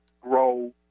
grow